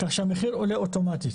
כך שהמחיר עולה אוטומטית,